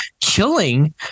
killing